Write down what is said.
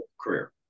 career